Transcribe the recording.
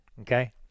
okay